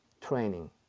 training